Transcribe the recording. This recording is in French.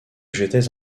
j’étais